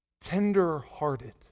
Tender-hearted